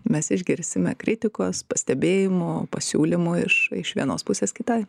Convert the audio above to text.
mes išgirsime kritikos pastebėjimų pasiūlymų iš iš vienos pusės kitai